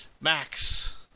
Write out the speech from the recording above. Max